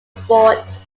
sport